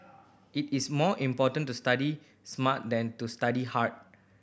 it is more important to study smart than to study hard